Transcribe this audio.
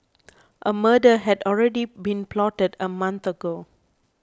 a murder had already been plotted a month ago